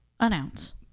Announce